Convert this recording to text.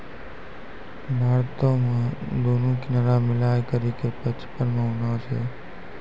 भारतो मे दुनू किनारा मिलाय करि के पचपन मुहाना छै